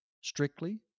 strictly